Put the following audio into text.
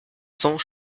cents